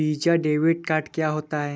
Visa debit card क्या होता है?